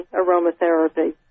aromatherapy